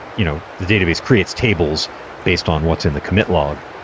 you know the database creates tables based on what's in the commit log.